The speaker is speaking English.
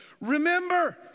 remember